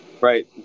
right